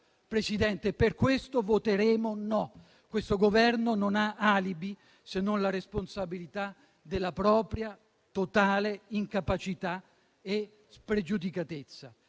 Presidente, per questo voteremo no: questo Governo non ha alibi, se non la responsabilità della propria totale incapacità e spregiudicatezza;